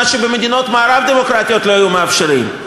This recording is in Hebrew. שבמדינות מערב דמוקרטיות לא היו מאפשרים: